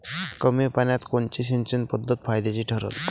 कमी पान्यात कोनची सिंचन पद्धत फायद्याची ठरन?